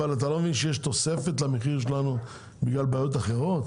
אבל אתה לא מבין שיש תוספת למחיר שלנו בגלל בעיות אחרות.